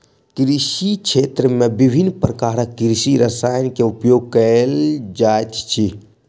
कृषि क्षेत्र में विभिन्न प्रकारक कृषि रसायन के उपयोग कयल जाइत अछि